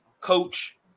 coach